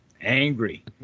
Angry